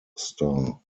star